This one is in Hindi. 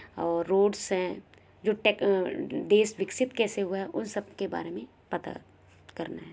और रोड्स हैं जो टैक देश विकसित कैसे हुआ उन सबके बारे में पता करना है